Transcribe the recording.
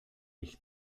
ich